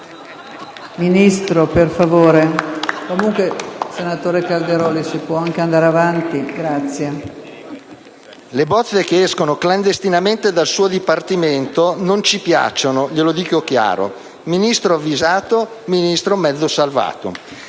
Le bozze che escono clandestinamente dal suo Dipartimento non ci piacciono, glielo dico chiaro: Ministro avvisato, Ministro mezzo salvato.